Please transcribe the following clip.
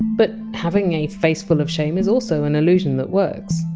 but having a faceful of shame is also an allusion that works